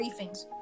briefings